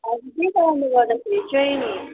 अब त्यही कारणले गर्दाखेरि चाहिँ नि